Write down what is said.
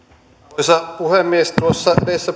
arvoisa puhemies tuossa